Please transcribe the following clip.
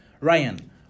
Ryan